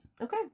Okay